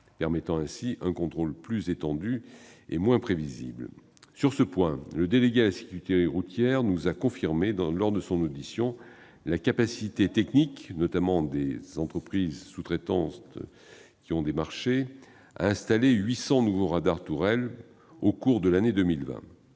permettant un contrôle plus étendu et moins prévisible. Sur ce point, le délégué à la sécurité routière nous a confirmé, lors de son audition, la capacité technique des entreprises sous-traitantes à installer 800 nouveaux radars tourelles au cours de l'année 2020.